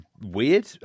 weird